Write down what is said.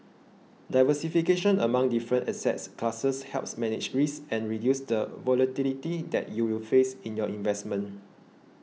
diversification among different asset classes helps manage risk and reduce the volatility that you will face in your investments